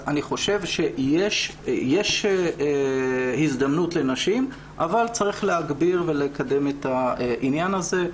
אני חושב שיש הזדמנות לנשים אבל צריך להגביר ולקדם את העניין הזה.